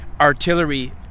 artillery